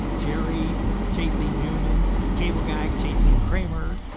jerry chasing newman, and the cable guy chasing kramer,